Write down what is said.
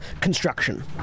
construction